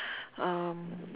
um